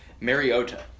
Mariota